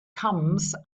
comes